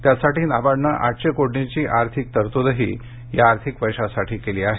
त्यासाठी नाबार्डनं आठशे कोटींची आर्थिक तरतूदही या आर्थिक वर्षासाठी केली आहे